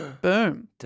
Boom